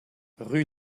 rue